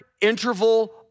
interval